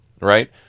right